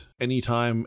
anytime